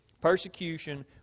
Persecution